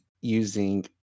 using